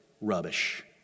rubbish